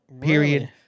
period